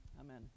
amen